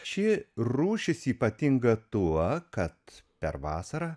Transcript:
ši rūšis ypatinga tuo kad per vasarą